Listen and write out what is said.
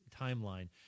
timeline